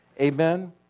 Amen